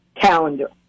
calendar